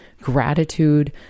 gratitude